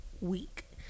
week